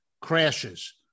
crashes